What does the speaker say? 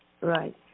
Right